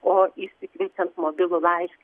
o išsikviečiant mobilų laišk